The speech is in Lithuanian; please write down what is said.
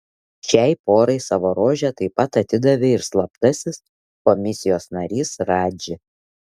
šiai porai savo rožę taip pat atidavė ir slaptasis komisijos narys radži